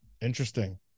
Interesting